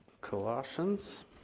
Colossians